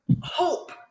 hope